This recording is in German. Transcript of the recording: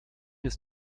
ist